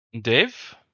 dave